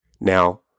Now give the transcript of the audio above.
Now